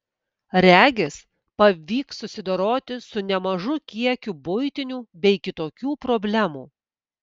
regis pavyks susidoroti su nemažu kiekiu buitinių bei kitokių problemų